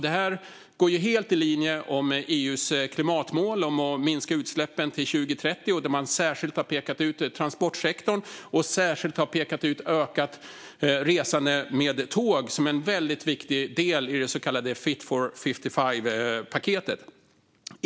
Det här går helt i linje med EU:s klimatmål om att minska utsläppen till 2030. Där har man särskilt pekat ut transportsektorn och ökat resande med tåg som en väldigt viktig del i det så kallade Fit for 55-paketet.